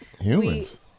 humans